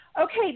Okay